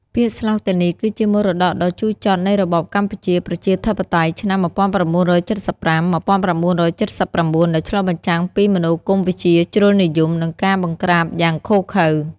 ពាក្យស្លោកទាំងនេះគឺជាមរតកដ៏ជូរចត់នៃរបបកម្ពុជាប្រជាធិបតេយ្យ (ឆ្នាំ ១៩៧៥-១៩៧៩) ដែលឆ្លុះបញ្ចាំងពីមនោគមវិជ្ជាជ្រុលនិយម និងការបង្ក្រាបយ៉ាងឃោរឃៅ។